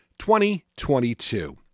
2022